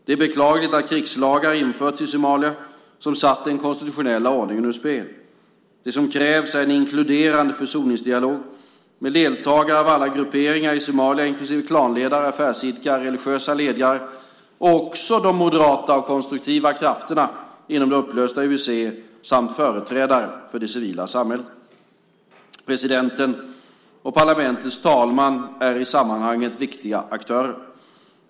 Det är beklagligt att krigslagar införts i Somalia som satt den konstitutionella ordningen ur spel. Det som krävs är en inkluderande försoningsdialog med deltagande av alla grupper i Somalia, inklusive klanledare, affärsidkare, religiösa ledare och också de moderata och konstruktiva krafterna inom det upplösta UIC, samt företrädare för det civila samhället. Presidenten och parlamentets talman är i sammanhanget viktiga aktörer.